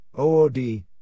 OOD